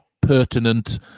pertinent